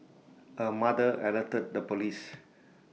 her mother alerted the Police